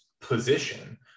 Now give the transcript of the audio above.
position